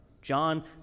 John